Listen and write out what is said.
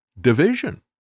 division